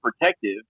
protective